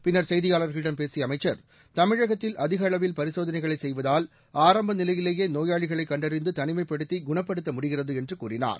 பின்னர் செய்தியாளர்களிடம் பேசிய அமைச்சர் தமிழகத்தில் அதிக அளவில் பரிசோதனைகளை செய்வதால் ஆரம்ப நிலையிலேயே நோயாளிகளை கண்டறிந்து தனிமைப்படுத்தி குணப்படுத்த முடிகிறது என்று கூறினார்